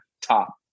top